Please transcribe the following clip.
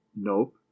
Nope